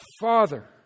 Father